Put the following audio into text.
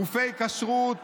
גופי כשרות